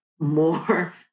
more